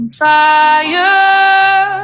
fire